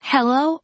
Hello